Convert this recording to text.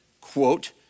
quote